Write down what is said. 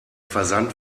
versand